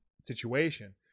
situation